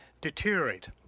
deteriorate